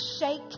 shake